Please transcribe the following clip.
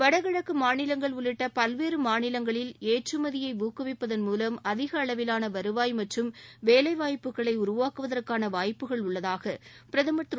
வடகிழக்கு மாநிலங்கள் உள்ளிட்ட பல்வேறு மாநிலங்களில் ஏற்றுமதியை ஊக்குவிப்பதன் மூலம் அதிகளவிலான வருவாய் மற்றும் வேலைவாய்ப்புகளை உருவாக்குவதற்கான வாய்ப்புகள் உள்ளதாக பிரதமர் திரு